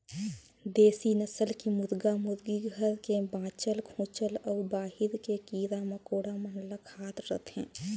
देसी नसल के मुरगा मुरगी घर के बाँचल खूंचल अउ बाहिर के कीरा मकोड़ा मन ल खात रथे